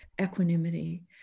equanimity